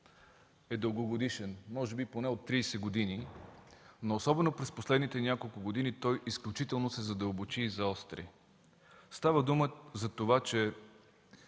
е дългогодишен, може би поне от 30 години, но особено през последните няколко години той изключително се задълбочи и заостри. Става дума, че това